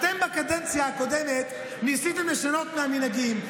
אתם בקדנציה הקודמת ניסיתם לשנות מהמנהגים,